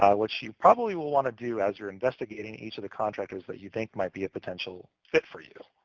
which you probably will want to do as you're investigating each of the contractors that you think might be a potential fit for you.